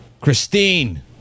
christine